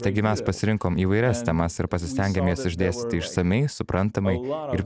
taigi mes pasirinkom įvairias temas ir pasistengėm jas išdėstyti išsamiai suprantamai ir